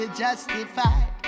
justified